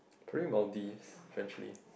pretty Maldives frenchly